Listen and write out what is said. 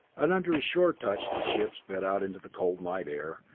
and under his sure touch the ship sped out into the cold night air,